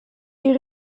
est